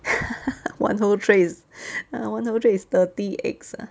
one whole tray is ah one whole tray is thirty eggs ah